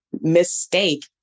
mistake